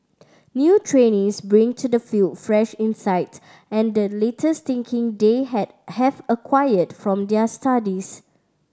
new trainees bring to the field fresh insight and the latest thinking they had have acquired from their studies